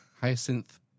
Hyacinth